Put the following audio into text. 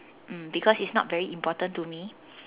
mm because it's not very important to me